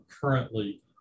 currently